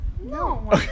No